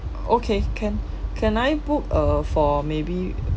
okay can can I book uh for maybe